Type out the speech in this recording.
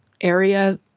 area